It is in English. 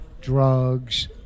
drugs